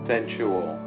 Sensual